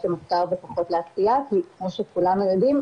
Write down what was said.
למחקר ופחות לעשייה כי כמו שכולם יודעים,